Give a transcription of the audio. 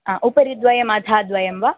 हा उपरिद्वयम् अधः द्वयं वा